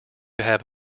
have